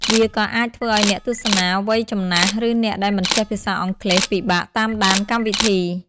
វាក៏អាចធ្វើឱ្យអ្នកទស្សនាវ័យចំណាស់ ឬអ្នកដែលមិនចេះភាសាអង់គ្លេសពិបាកតាមដានកម្មវិធី។